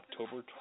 October